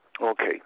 Okay